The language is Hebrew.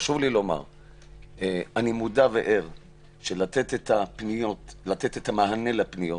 חשוב לי לומר שאני מודע וער לכך שלתת את המענה לפניות